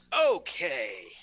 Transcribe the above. Okay